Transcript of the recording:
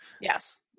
Yes